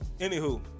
Anywho